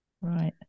right